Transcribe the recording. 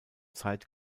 zeit